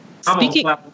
Speaking